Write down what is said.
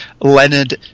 Leonard